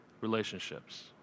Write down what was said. relationships